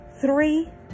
Three